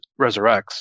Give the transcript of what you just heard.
resurrects